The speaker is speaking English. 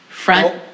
Front